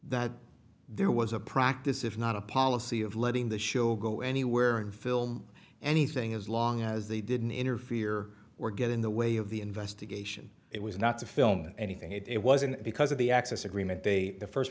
that there was a practice if not a policy of letting the show go anywhere and film anything as long as they didn't interfere or get in the way of the investigation it was not to film anything it wasn't because of the access agreement they the first